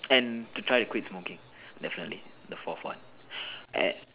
and to try to quit smoking definitely the fourth one a~